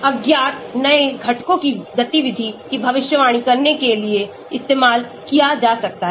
अज्ञात नए घटकों की गतिविधि की भविष्यवाणी करने के लिए इस्तेमाल किया जा सकता है